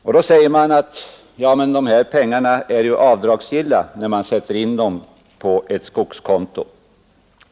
Dessa pengar är avdragsgilla vid beskattningen om man sätter in dem på skogskonto.